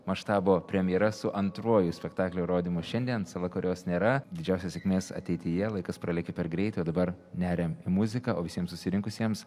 maštabo premjera su antruoju spektaklio rodymu šiandien sala kurios nėra didžiausios sėkmės ateityje laikas pralėkė per greitai o dabar neriam į muziką o visiems susirinkusiems